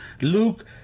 Luke